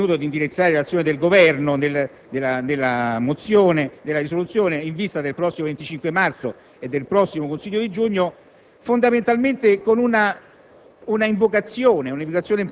In questo senso si è ritenuto di indirizzare l'azione del Governo con questa risoluzione, in vista del prossimo 25 marzo e del prossimo Consiglio di giugno, fondamentalmente con una